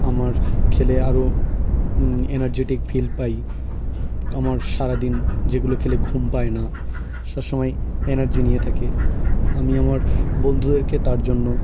আমার খেলে আরো এনার্জেটিক ফিল পাই আমার সারাদিন যেগুলো খেলে ঘুম পায় না সব সময় এনার্জি নিয়ে থাকে আমি আমার বন্ধুদেরকে তার জন্য